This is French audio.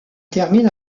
termine